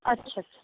अच्छा अच्छा